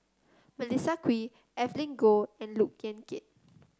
Melissa Kwee Evelyn Goh and Look Yan Kit